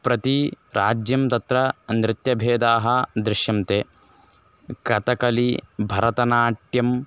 प्रतिराज्यं तत्र नृत्यभेदाः दृश्यन्ते कतकली भरतनाट्यं